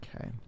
Okay